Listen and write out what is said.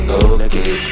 okay